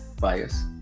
bias